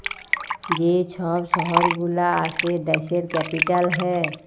যে ছব শহর গুলা আসে দ্যাশের ক্যাপিটাল হ্যয়